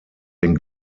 den